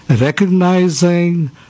recognizing